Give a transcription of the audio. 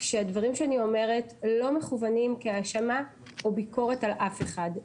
שהדברים שאני אומרת לא מכוונים כהאשמה או ביקורת על אף אחד,